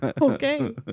Okay